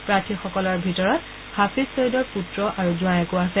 প্ৰাৰ্থীসকলৰ ভিতৰত হাফিজ ছয়ীদৰ পুত্ৰ আৰু জোঁৱায়েকো আছে